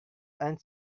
and